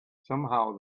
somehow